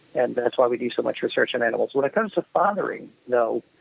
and that's why we do so much research on animals. when it comes to fathering, though,